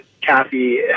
Kathy